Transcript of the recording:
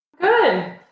Good